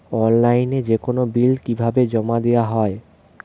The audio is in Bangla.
অনলাইনে যেকোনো বিল কিভাবে জমা দেওয়া হয়?